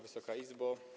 Wysoka Izbo!